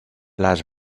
las